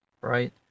right